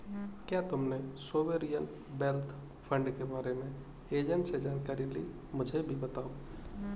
क्या तुमने sovereign wealth fund के बारे में एजेंट से जानकारी ली, मुझे भी बताओ